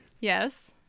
Yes